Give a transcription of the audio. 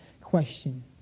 question